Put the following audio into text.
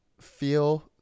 feel